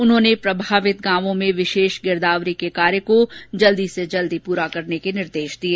उन्होंने प्रभावित गांवों में विशेष गिरदावरी के कार्य को जल्दी से जल्दी पूरा करने के निर्देश दिये